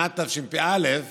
שנת תשפ"א